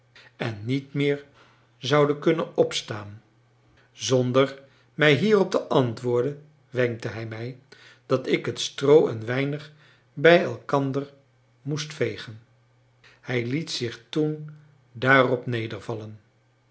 en niet meer zouden kunnen opstaan zonder mij hierop te antwoorden wenkte hij mij dat ik het stroo een weinig bij elkander moest vegen hij liet zich toen daarop